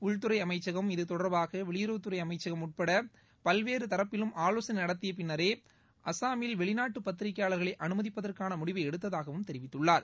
உள்துறை அமைச்சகம் இதுதொடர்பாக வெளியுறவுத்துறை அமைச்சகம் உட்பட பல்வேறு தரப்பிலும் ஆலோசனை நடத்திய பின்னரே அசாமில் வெளிநாட்டு பத்திரிகையாளர்களை அனுமதிப்பதற்கான முடிவை எடுத்ததாகவும் தெரிவித்துள்ளார்